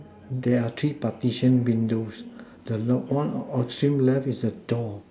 there are three partition windows the low one on extreme left is the door